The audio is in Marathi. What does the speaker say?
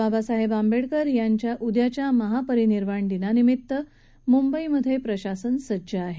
बाबासाहेब आंबेडकर यांच्या उद्याच्या महापरिनिर्वाण दिनानिमित्त मुंबईत प्रशासन सज्ज आहे